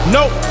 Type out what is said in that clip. Nope